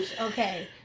okay